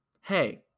Hey